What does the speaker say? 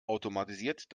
automatisiert